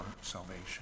salvation